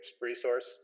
resource